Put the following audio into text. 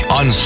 on